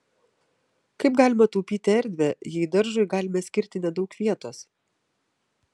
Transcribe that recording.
kaip galima taupyti erdvę jei daržui galime skirti nedaug vietos